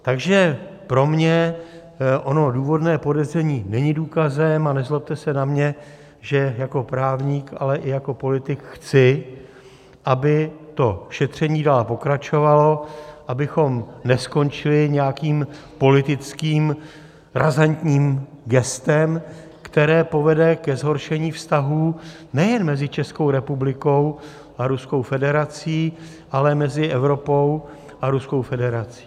Takže pro mě ono důvodné podezření není důkazem a nezlobte se na mě, že jako právník, ale i jako politik chci, aby to šetření dál pokračovalo, abychom neskončili nějakým politickým razantním gestem, které povede ke zrušení vztahů nejen mezi Českou republikou a Ruskou federací, ale mezi Evropou a Ruskou federací.